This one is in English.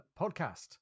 podcast